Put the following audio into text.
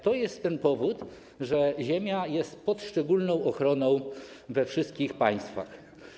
To jest powód tego, że ziemia jest pod szczególną ochroną we wszystkich państwach.